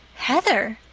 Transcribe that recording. heather!